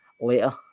later